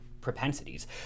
propensities